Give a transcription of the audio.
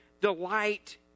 delight